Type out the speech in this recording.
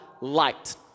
light